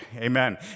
Amen